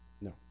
No